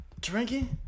drinking